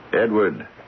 Edward